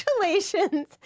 congratulations